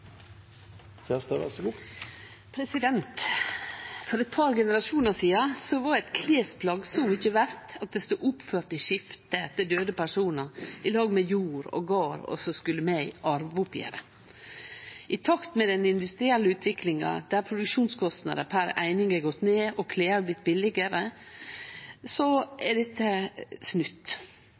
For eit par generasjonar sidan var eit klesplagg så mykje verdt at det stod oppført i skiftet etter døde personar, i lag med jord og gard, og skulle med i arveoppgjeret. I takt med den industrielle utviklinga der produksjonskostnader per eining har gått ned og klede har blitt billigare, har dette snutt.